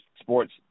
sports